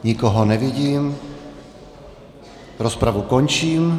Nikoho nevidím, rozpravu končím.